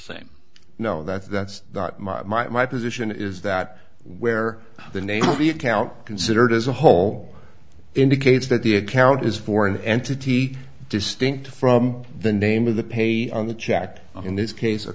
same no that that's my position is that where the name of the account considered as a whole indicates that the account is for an entity distinct from the name of the pay on the check in this case a